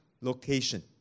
location